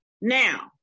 Now